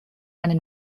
eine